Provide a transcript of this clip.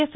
yes